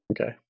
Okay